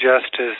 justice